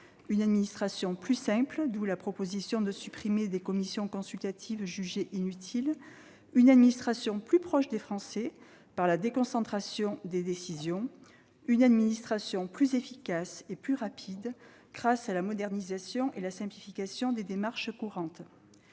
l'administration plus simple, d'où la proposition de supprimer des commissions consultatives jugées inutiles, plus proche des Français, par la déconcentration des décisions, plus efficace et plus rapide, grâce à la modernisation et à la simplification des démarches courantes.